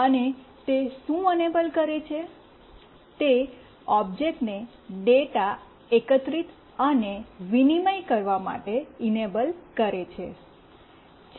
અને તે શું ઇનૈબલ કરે છે તે ઓબ્જેક્ટને ડેટા એકત્રિત અને વિનિમય કરવા માટે ઇનૈબલ કરે છે